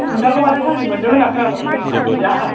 नोंथांखो माथो साख्रि मोनदों होननानै खोनादोंमोन जोंनि खाथिजा